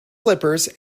slippers